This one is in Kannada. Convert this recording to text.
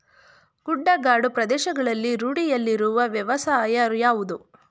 ಗುಡ್ಡಗಾಡು ಪ್ರದೇಶಗಳಲ್ಲಿ ರೂಢಿಯಲ್ಲಿರುವ ವ್ಯವಸಾಯ ಯಾವುದು?